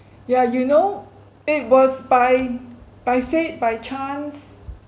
yeah you know it was by by fate by chance